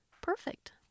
perfect